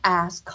ask